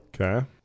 Okay